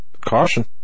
caution